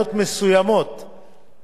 מסוימות, לא מלא,